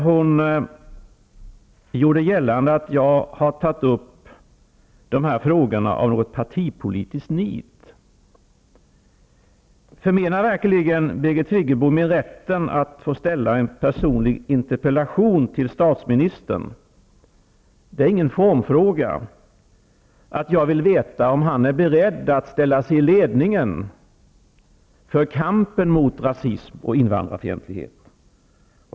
Hon gjorde gällande att jag har tagit upp de här frågorna av något slags partipolitiskt nit. Birgit Friggebo säger att det inte går att ställa en personlig fråga till statsministern, men det är inte någon formfråga när jag i min interpellation vill veta om han är beredd att ställa sig i ledningen för kampen mot rasism och invandrarfientlighet.